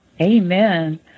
Amen